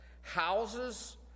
houses